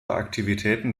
aktivitäten